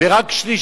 ורק שליש,